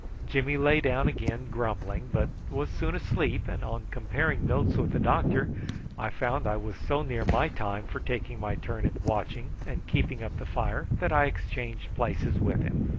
jimmy lay down again grumbling, but was soon asleep, and on comparing notes with the doctor i found i was so near my time for taking my turn at watching and keeping up the fire that i exchanged places with him.